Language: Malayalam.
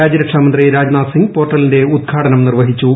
രാജ്യരക്ഷാ മന്ത്രി രാജ്നാഥ് സിംഗ് പോർട്ടലിന്റെ ഉദ്ഘാടനം നിർവ്വഹിച്ചു